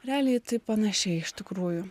realiai tai panašiai iš tikrųjų